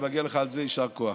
ומגיע לך על זה יישר כוח.